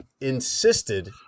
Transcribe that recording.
insisted